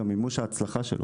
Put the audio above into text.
אלא גם מימוש ההצלחה שלו.